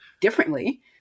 differently